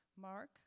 Mark